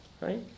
right